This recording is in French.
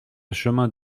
chemin